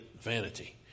vanity